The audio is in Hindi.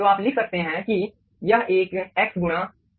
तो आप लिख सकते हैं कि यह एक x गुणा w है